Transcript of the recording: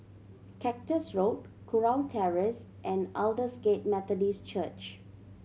Cactus Road Kurau Terrace and Aldersgate Methodist Church